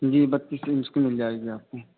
جی بتیس انچ کی مل جائے گی آپ کو